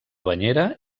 banyera